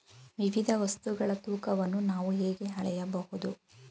ವಿವಿಧ ವಸ್ತುಗಳ ತೂಕವನ್ನು ನಾವು ಹೇಗೆ ಅಳೆಯಬಹುದು?